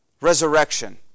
resurrection